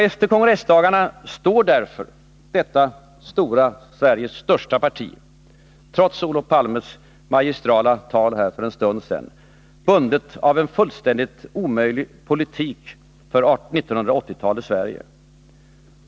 Efter kongressdagarna står därför detta stora parti— Sveriges största— trots Olof Palmes magistrala tal här för en stund sedan, bundet av en fullständigt omöjlig politik för 1980-talets Sverige.